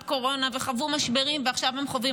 קורונה וחוו משברים ועכשיו הם חווים